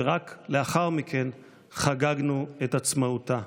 ורק לאחר מכן חגגנו את עצמאותה.